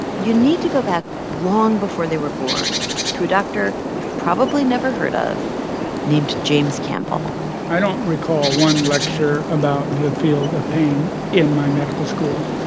you need to go back long before they were born to a doctor you've probably never heard of named james campbell i don't recall one lecture about the field of pain in my medical school.